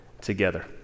together